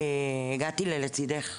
הגעתי ל"לצידך".